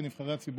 כנבחרי הציבור.